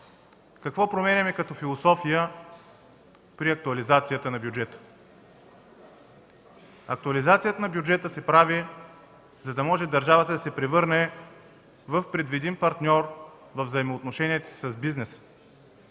Какво променяме като философия при актуализацията на бюджета? Актуализацията на бюджета се прави, за да може държавата да се превърне в предвидим партньор във взаимоотношенията си с бизнеса,